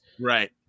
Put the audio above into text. Right